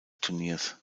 turniers